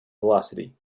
velocity